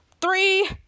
Three